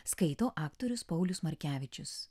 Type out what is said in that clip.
skaito aktorius paulius markevičius